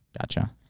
Gotcha